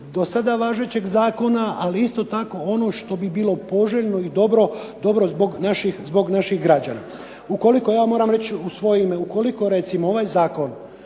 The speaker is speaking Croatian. do sada važećeg Zakona, ali isto tako ono što bi bilo poželjno i dobro zbog naših građana. Ukoliko ja moram reći u svojim, ukoliko recimo ovaj Zakon